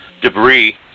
debris